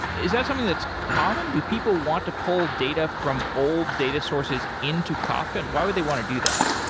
is that something that's common? do people want to pull data from all data sources into kafka, and why would they want to do that?